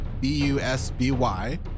B-U-S-B-Y